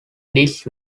disk